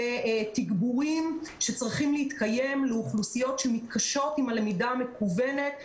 ותגבורים שצריכים להתקיים לאוכלוסיות שמתקשות עם הלמידה המקוונת.